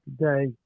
today